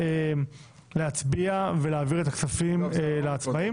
להצביע ולהעביר את הכספים לעצמאים.